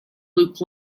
luke